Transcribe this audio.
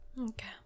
Okay